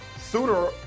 sooner